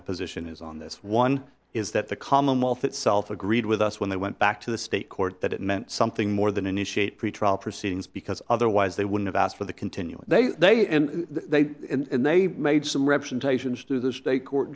my position is on this one is that the commonwealth itself agreed with us when they went back to the state court that it meant something more than initiate pretrial proceedings because otherwise they would have asked for the continual they they and they and they made some representations to the state court